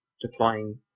deploying